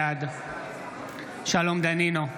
בעד שלום דנינו,